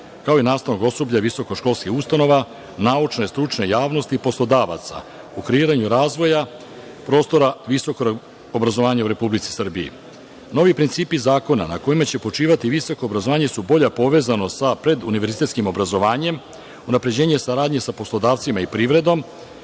kao i nastavnog osoblja visokoškolskih ustanova, naučne, stručne javnosti i poslodavaca u kreiranju razvoja prostora visokog obrazovanja u Republici Srbiji. Novi principi zakona na kojima će počivati visoko obrazovanje su bolja povezanost sa pred univerzitetskim obrazovanjem, unapređenje saradnje sa poslodavcima i privredom,